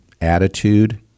attitude